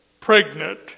pregnant